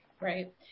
Right